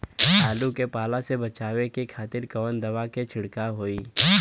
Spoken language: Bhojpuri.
आलू के पाला से बचावे के खातिर कवन दवा के छिड़काव होई?